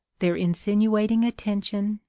their insinuating attention,